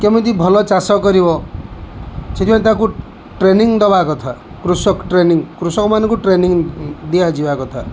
କେମିତି ଭଲ ଚାଷ କରିବ ସେଥିପାଇଁ ତାକୁ ଟ୍ରେନିଂ ଦେବା କଥା କୃଷକ ଟ୍ରେନିଂ କୃଷକମାନଙ୍କୁ ଟ୍ରେନିଂ ଦିଆଯିବା କଥା